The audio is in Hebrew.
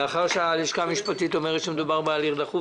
לאחר שהלשכה המשפטית אומרת שמדובר בהליך דחוף,